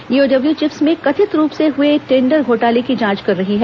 EOW CHiPS में कथित रूप से हुए टेंडर घोटाले की जांच कर रही है